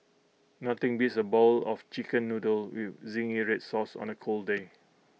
nothing beats A bowl of Chicken Noodles with Zingy Red Sauce on A cold day